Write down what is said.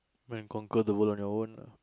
when conquer the world on your own lah